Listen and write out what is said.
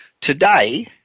Today